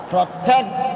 Protect